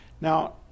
Now